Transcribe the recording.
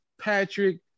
Patrick